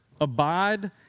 Abide